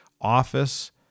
Office